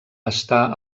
està